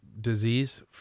disease